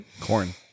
Corn